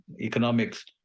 economics